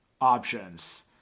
options